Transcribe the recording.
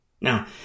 Now